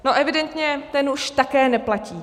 No evidentně, ten už také neplatí.